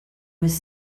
was